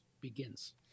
begins